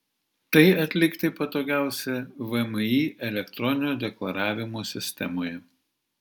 tai atlikti patogiausia vmi elektroninio deklaravimo sistemoje